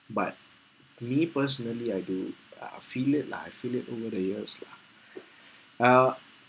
but me personally I do uh feel it lah I feel it over the years lah uh